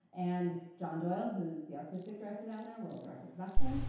and john doyle, who's the artistic director down there will direct the production,